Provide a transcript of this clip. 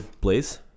Blaze